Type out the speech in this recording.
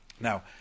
Now